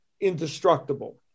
indestructible